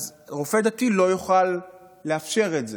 אז רופא דתי לא יוכל לאפשר את זה.